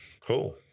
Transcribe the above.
cool